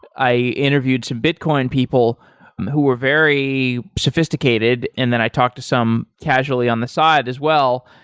i interviewed some bitcoin people who were very sophisticated and then i talk to some casually on the side as well.